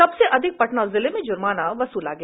सबसे अधिक पटना जिले में जुर्माना वसूला गया